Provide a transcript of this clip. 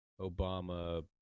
Obama